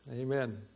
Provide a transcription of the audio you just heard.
Amen